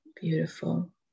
beautiful